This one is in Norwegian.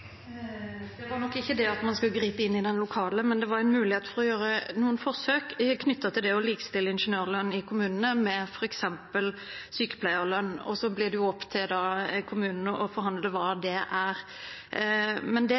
Det var ikke det at man skulle gripe inn i det lokale, det var en mulighet for å gjøre noen forsøk knyttet til det å likestille ingeniørlønn med f.eks. sykepleierlønn i kommunene, og så blir det opp til kommunene å forhandle hva det er. Det